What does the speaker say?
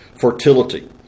fertility